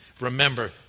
Remember